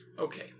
Okay